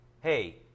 hey